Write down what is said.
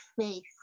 faith